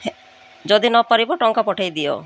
ଯଦି ନପାରିବ ଟଙ୍କା ପଠେଇଦିଅ